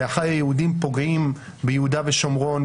באחי היהודים פוגעים ביהודה ושומרון,